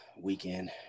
weekend